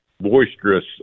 boisterous